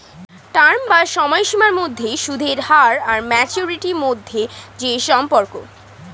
term বা সময়সীমার মধ্যে সুদের হার আর ম্যাচুরিটি মধ্যে যে সম্পর্ক